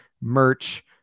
merch